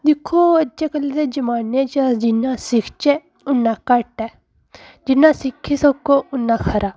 दिक्खो अज्जकल दे जमाने च जिन्ना सिक्खचै उन्ना घट्ट ऐ जिन्ना सिक्खी सको उन्ना खरा